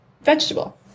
vegetable